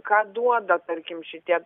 ką duoda tarkim šitie